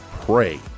pray